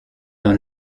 dans